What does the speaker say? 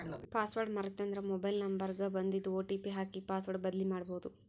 password ಮರೇತಂದ್ರ mobile number ಗ ಬನ್ದಿದ್ ಒ.ಟಿ.ಪಿ ಹಾಕಿ ಪಾಸ್ವರ್ಡ್ ಬದ್ಲಿಮಾಡ್ಬೊದು